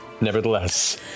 nevertheless